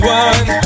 one